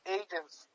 agents